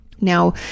Now